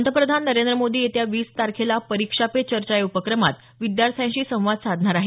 पंतप्रधान नरेंद्र मोदी येत्या वीस तारखेला परीक्षा पे चर्चा या उपक्रमात विद्यार्थ्यांशी संवाद साधणार आहेत